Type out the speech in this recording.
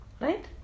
Right